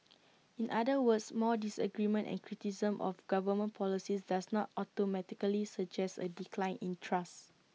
in other words more disagreement and criticism of government policies does not automatically suggest A decline in trust